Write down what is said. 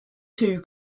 two